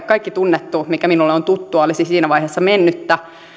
kaikki tunnettu mikä minulle on tuttua olisi siinä vaiheessa mennyttä